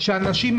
אנשים,